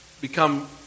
become